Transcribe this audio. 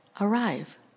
arrive